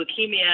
leukemia